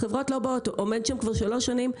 החברות לא באות, הוא עומד שם כבר שלוש שנים.